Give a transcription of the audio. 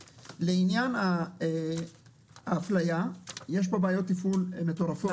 לעניין האפליה, יש פה בעיות תפעול מטורפות.